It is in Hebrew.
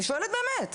אני שואלת באמת,